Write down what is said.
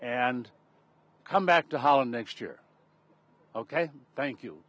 and come back to holland next year ok thank you